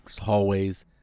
hallways